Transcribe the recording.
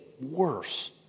worse